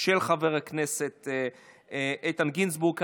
של חבר הכנסת איתן גינזבורג.